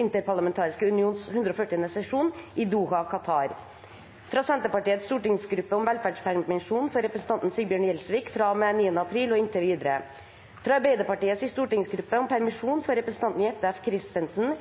interparlamentariske unions 140. sesjon i Doha, Qatar fra Senterpartiets stortingsgruppe om velferdspermisjon for representanten Sigbjørn Gjelsvik fra og med 9. april og inntil videre fra Arbeiderpartiets stortingsgruppe om permisjon for representanten Jette F. Christensen